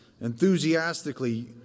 enthusiastically